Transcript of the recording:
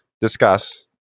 discuss